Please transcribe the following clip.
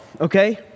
okay